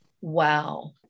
Wow